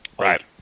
right